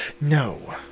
No